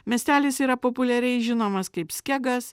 miestelis yra populiariai žinomas kaip skegas